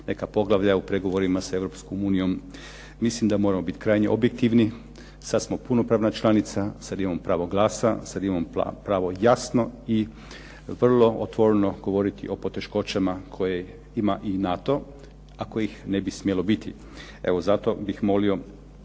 neka poglavlja u pregovorima sa Europskom unijom. Mislim da moramo biti krajnje objektivni. Sada smo punopravna članica, sada imamo pravo glasa, sada imamo pravo jasno i vrlo otvoreno govoriti o poteškoćama koje ima i NATO, a kojih ne bi smjelo biti. Evo zato bih molio